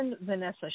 Vanessa